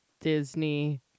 Disney